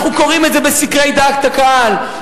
אנחנו קוראים את זה בסקרי דעת הקהל,